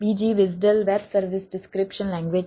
બીજી WSDL web service description language છે